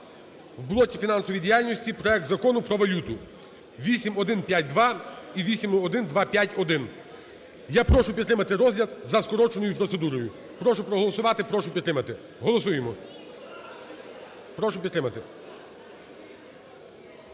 в блоці фінансової діяльності проект Закону про валюту (8152 і 8152-1). Я прошу підтримати розгляд за скороченою процедурою. Прошу проголосувати. Прошу підтримати. Голосуємо. Прошу підтримати.